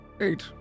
Eight